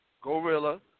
Gorilla